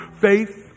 faith